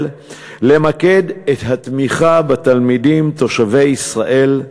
למקד את התמיכה בתלמידים תושבי ישראל,